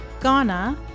Ghana